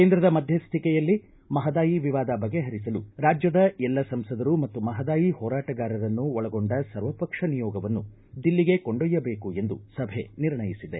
ಕೇಂದ್ರದ ಮಧ್ಯಸ್ಥಿಕೆಯಲ್ಲಿ ಮಹದಾಯಿ ವಿವಾದ ಬಗೆಹರಿಸಲು ರಾಜ್ಯದ ಸಂಸದರು ಮತ್ತು ಮಹದಾಯಿ ಹೋರಾಟಗಾರರನ್ನು ಒಳಗೊಂಡ ಸರ್ವಪಕ್ಷ ನಿಯೋಗವನ್ನು ದಿಲ್ಲಿಗೆ ಕೊಂಡೊಯ್ಯಬೇಕು ಎಂದು ಸಭೆ ನಿರ್ಣಯಿಸಿದೆ